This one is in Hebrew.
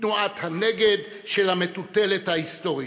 של המטוטלת ההיסטורית,